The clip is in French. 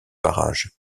barrage